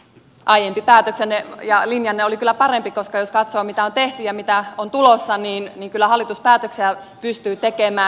aiempi päätöksenne ja linjanne oli kyllä parempi koska jos katsoo mitä on tehty ja mitä on tulossa niin kyllä hallitus päätöksiä pystyy tekemään